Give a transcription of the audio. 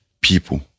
people